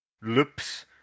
loops